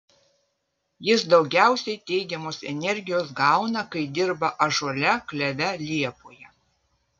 jis daugiausiai teigiamos energijos gauna kai dirba ąžuole kleve liepoje